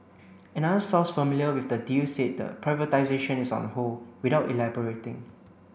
another source familiar with the deal said the privatisation is on hold without elaborating